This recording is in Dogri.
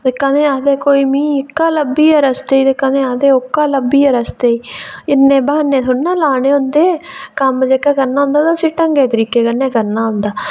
ते कदें आखदे ओह्का लब्भी आ रस्ते च कदें आखदे ओह्का लब्भी गेआ रस्ते च इन्ने ब्हान्नै थोह्ड़े ना लाने होंदे कम्म जेह्का करना होंदा उसी ढंग तरीकै कन्नै करना होंदा